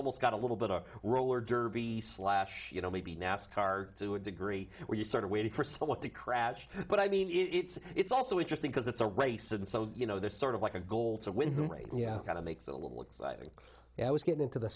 almost got a little bit of roller derby slash you know maybe nascar to a degree where you sort of waited for somewhat the crash but i mean it's it's also interesting because it's a race and so you know there's sort of like a goal to win yeah kind of makes it a little exciting i was getting to the